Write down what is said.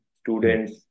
students